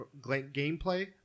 gameplay